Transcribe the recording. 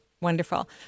Wonderful